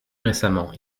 récemment